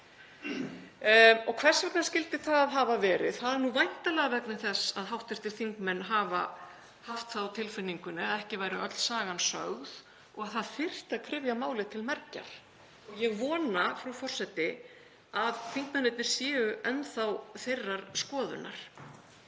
Hvers vegna skyldi það hafa verið? Það er væntanlega vegna þess að hv. þingmenn hafa haft það á tilfinningunni að ekki væri öll sagan sögð og að það þyrfti að kryfja málin til mergjar. Ég vona, frú forseti, að þingmennirnir séu enn þá þeirrar skoðunar.